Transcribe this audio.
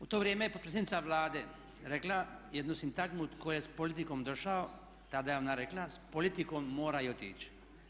U to vrijeme je potpredsjednica Vlade rekla jednu sintagmu tko je s politikom došao, tada je ona rekla, s politikom mora i otići.